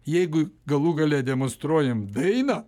jeigu galų gale demonstruojam dainą